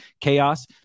chaos